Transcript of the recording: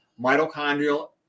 mitochondrial